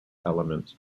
elements